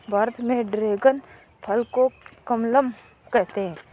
भारत में ड्रेगन फल को कमलम कहते है